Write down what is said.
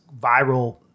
viral